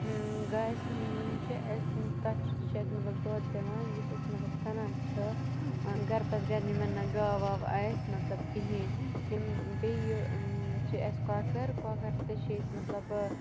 گایہِ سۭتۍ یِم چھِ اَسہِ تَتھ چھِ سُہ چھِ اَسہِ مَطلَب دۄد دِوان یُس أسۍ مَطلَب کَنان چھِ گَرِ پَتہٕ گَرِ یِمَن نہٕ گاو واو آسہِ مَطلَب کِہیٖنۍ بیٚیہِ چھِ اَسہِ کۄکٕر کۄکَر تہِ چھِ أسۍ مَطلَب